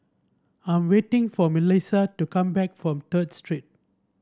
I am waiting for Melissa to come back from Third Street